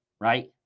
right